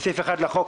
בסעיף 1 לחוק,